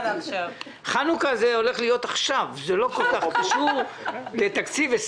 חנוכה הולך להיות עכשיו ולא כל-כך קשור ל-2020.